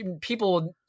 people